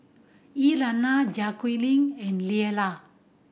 Elaina Jacquelyn and Lella